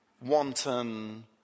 wanton